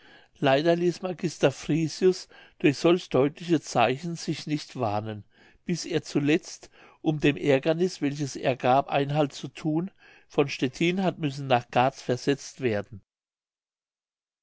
leider ließ magister frisius durch solch deutliches zeichen sich nicht warnen bis er zuletzt um dem aergerniß welches er gab einhalt zu thun von stettin hat müssen nach garz versetzt werden